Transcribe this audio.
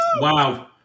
Wow